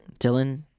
Dylan